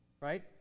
right